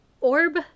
orb